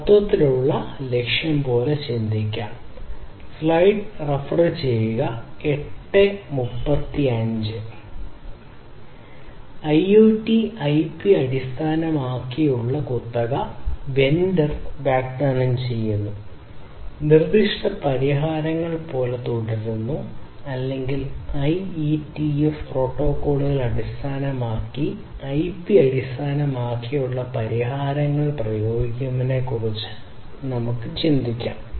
മൊത്തത്തിലുള്ള ലക്ഷ്യം പോലെ ചിന്തിക്കാം IoT IP അടിസ്ഥാനമാക്കിയുള്ള സ്പെസിഫിക് വെണ്ടർ വാഗ്ദാനം ചെയ്യുന്നു നിർദ്ദിഷ്ട പരിഹാരങ്ങൾ പോലെ തുടരുന്നു അല്ലെങ്കിൽ IETF പ്രോട്ടോക്കോളുകൾ അടിസ്ഥാനമാക്കി IP അടിസ്ഥാനമാക്കിയുള്ള പരിഹാരങ്ങൾ ഉപയോഗിക്കുന്നതിനെക്കുറിച്ച് നമുക്ക് ചിന്തിക്കാം